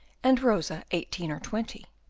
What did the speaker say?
and rosa eighteen or twenty.